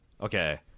okay